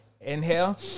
inhale